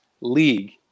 league